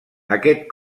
aquest